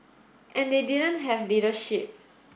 and they didn't have leadership